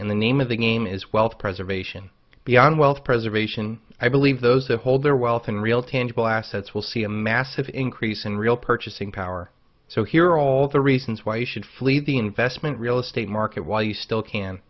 in the name of the game is wealth preservation beyond wealth preservation i believe those who hold their wealth and real tangible assets will see a massive increase in real purchasing power so here are all the reasons why you should flee the investment real estate market while you still can